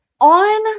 On